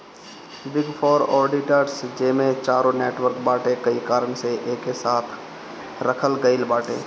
big four auditors जेमे चारो network बाटे कई कारण से एके साथे रखल गईल बाटे